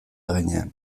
gainean